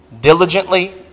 diligently